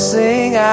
sing